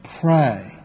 Pray